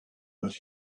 but